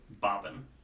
Bobbin